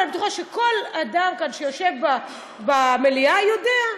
ואני בטוחה שכל אדם שיושב כאן במליאה יודע.